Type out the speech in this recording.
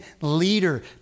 leader